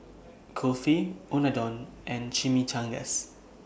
Kulfi Unadon and Chimichangas